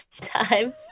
time